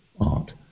art